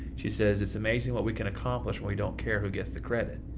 she says, it's amazing what we can accomplish when we don't care who gets the credit.